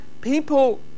people